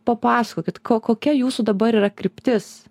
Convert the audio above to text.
papasakokit ko kokia jūsų dabar yra kryptis